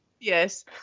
Yes